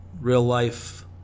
real-life